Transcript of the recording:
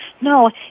no